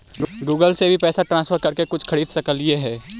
Google से भी पैसा ट्रांसफर कर के कुछ खरिद सकलिऐ हे?